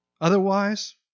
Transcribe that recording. Otherwise